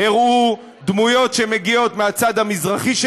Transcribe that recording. הראו דמויות שמגיעות מהצד המזרחי של